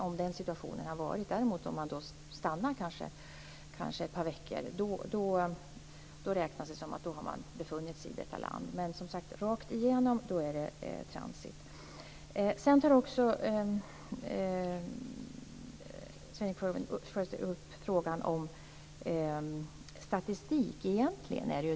Om man däremot stannar ett par veckor räknas det som om man har befunnit sig i detta land. Har man åkt rakt igenom räknas det som transit. Sedan tar Sven-Erik Sjöstrand också upp frågan om statistik.